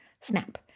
snap